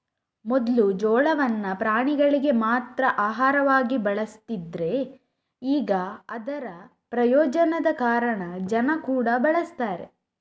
ಮೊದ್ಲು ಜೋಳವನ್ನ ಪ್ರಾಣಿಗಳಿಗೆ ಮಾತ್ರ ಆಹಾರವಾಗಿ ಬಳಸ್ತಿದ್ರೆ ಈಗ ಅದರ ಪ್ರಯೋಜನದ ಕಾರಣ ಜನ ಕೂಡಾ ಬಳಸ್ತಾರೆ